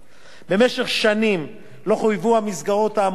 במשך שנים לא חויבו המסגרות האמורות בארנונה,